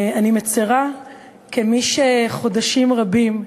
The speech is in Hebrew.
אני מצרה כמי שחודשים רבים,